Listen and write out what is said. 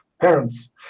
parents